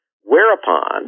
whereupon